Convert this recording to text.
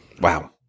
Wow